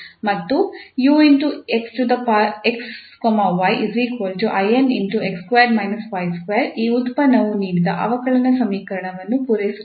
ಮತ್ತು 𝑢𝑥 𝑦 ln𝑥2 − 𝑦2 ಈ ಉತ್ಪನ್ನವು ನೀಡಿದ ಅವಕಲನ ಸಮೀಕರಣವನ್ನು ಪೂರೈಸುತ್ತದೆ